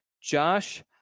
Josh